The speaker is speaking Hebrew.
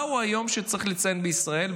מהו היום שצריך לציין בישראל?